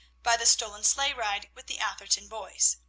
by the stolen sleigh-ride with the atherton boys.